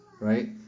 right